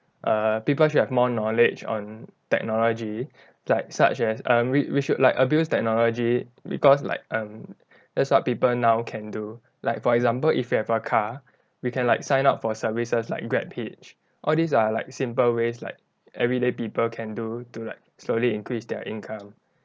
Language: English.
err people should have more knowledge on technology like such as err we we should like abuse technology because like um that's what people now can do like for example if you have a car we can like sign up for services like Grab Hitch all these are like simple ways like everyday people can do to like slowly increase their income